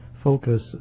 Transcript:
focus